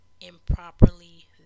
improperly